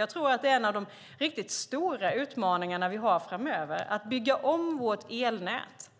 Jag tror att en av de riktigt stora utmaningar vi har framöver är att bygga om vårt elnät